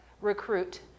recruit